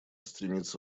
стремиться